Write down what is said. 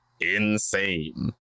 insane